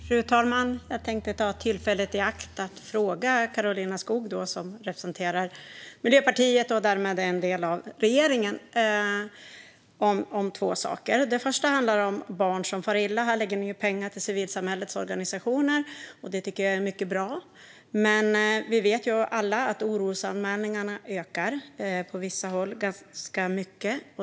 Fru talman! Jag tänkte ta tillfället i akt att fråga Karolina Skog, som representerar Miljöpartiet och därmed är en del av regeringen, om två saker. Det första handlar om barn som far illa. Här lägger ni pengar till civilsamhällets organisationer. Det tycker jag är mycket bra. Men vi vet alla att orosanmälningarna ökar, och på vissa håll ganska mycket.